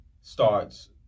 starts